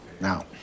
Now